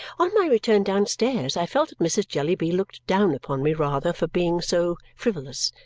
on my return downstairs, i felt that mrs. jellyby looked down upon me rather for being so frivolous,